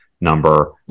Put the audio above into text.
number